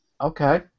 okay